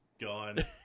gone